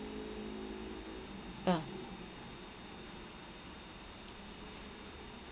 ah